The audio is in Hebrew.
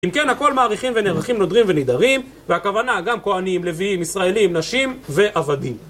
אם כן, הכל מעריכים ונערכים נודרים ונידרים, והכוונה גם כהנים, לוויים, ישראלים, נשים ועבדים.